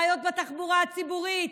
בעיות בתחבורה הציבורית.